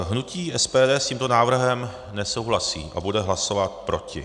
Hnutí SPD s tímto návrhem nesouhlasí a bude hlasovat proti.